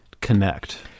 connect